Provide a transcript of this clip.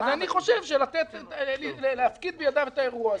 אני חושב שלהפקיד בידיו את האירוע הזה,